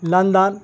London